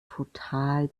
total